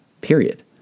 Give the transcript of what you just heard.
period